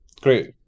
Great